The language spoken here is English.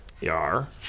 Yar